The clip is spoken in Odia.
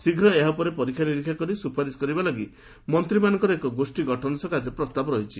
ଶୀଘ୍ର ଏହା ଉପରେ ପରୀକ୍ଷା ନିରୀକ୍ଷା କରି ସୁପାରିସ୍ କରିବା ଲାଗି ମନ୍ତୀମାନଙ୍କର ଏକ ଗୋଷୀ ଗଠନ ସକାଶେ ପ୍ରସ୍ତାବ ରହିଛି